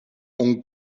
hong